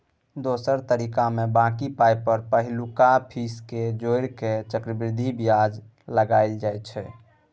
दोसर तरीकामे बॉकी पाइ पर पहिलुका फीस केँ जोड़ि केँ चक्रबृद्धि बियाज लगाएल जाइ छै